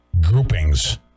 groupings